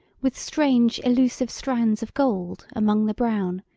with strange elusive strands of gold among the brown,